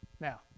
Now